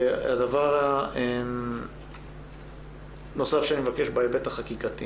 הדבר הנוסף שאני מבקש, בהיבט החקיקתי